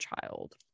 child